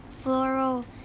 floral